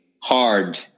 hard